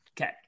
Okay